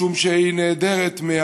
משום שהיא נעדרת,